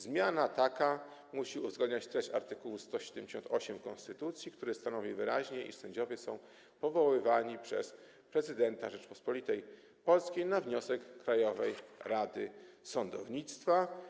Zmiana taka musi uwzględniać treść art. 178 konstytucji, który stanowi wyraźnie, iż sędziowie są powoływani przez prezydenta Rzeczypospolitej Polskiej na wniosek Krajowej Rady Sądownictwa.